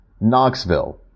Knoxville